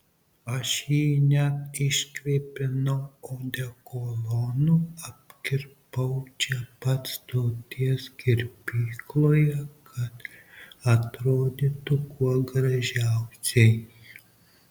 aš jį net iškvėpinau odekolonu apkirpau čia pat stoties kirpykloje kad atrodytų kuo gražiausiai